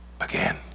again